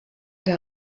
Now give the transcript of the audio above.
der